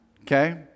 Okay